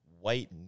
white